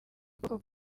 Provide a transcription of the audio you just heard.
ukuboko